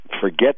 Forget